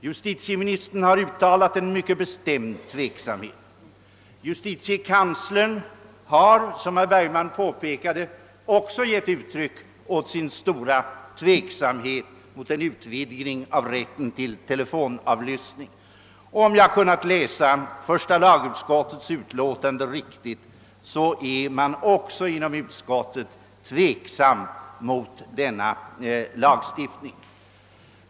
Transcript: Justitieministern har uttalat en mycket bestämd tveksamhet, justitiekanslern har också, som herr Bergman påpekade, givit uttryck åt sin stora tveksamhet när det gäller en utvidgning av rätten till telefonavlyssning, och om jag kunnat läsa första lagutskottets utlåtande riktigt är man också inom utskottet osäker beträffande denna lagstiftning.